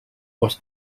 was